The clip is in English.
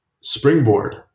springboard